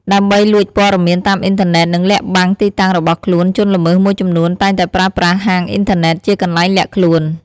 ដើម្បី លួចព័ត៌មានតាមអ៊ីនធឺណិត និង លាក់បាំងទីតាំង របស់ខ្លួន ជនល្មើស មួយចំនួនតែងតែប្រើប្រាស់ ហាងអ៊ីនធឺណិតជាកន្លែងលាក់ខ្លួន។